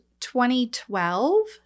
2012